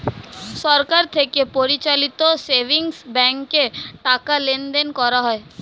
সরকার থেকে পরিচালিত সেভিংস ব্যাঙ্কে টাকা লেনদেন করা হয়